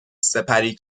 سپری